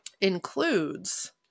includes